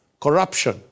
Corruption